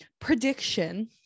prediction